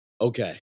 Okay